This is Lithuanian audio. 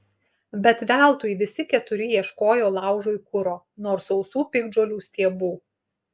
bet veltui visi keturi ieškojo laužui kuro nors sausų piktžolių stiebų